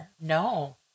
no